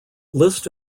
list